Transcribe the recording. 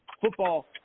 Football